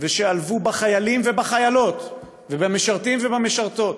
ושעלבו בחיילים ובחיילות, ובמשרתים ובמשרתות.